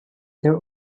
their